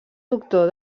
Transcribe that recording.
doctor